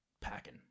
packing